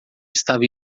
estava